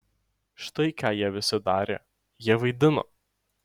štai ką jie visi darė jie vaidino